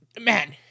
man